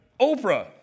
Oprah